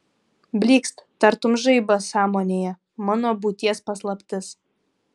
blykst tartum žaibas sąmonėje mano būties paslaptis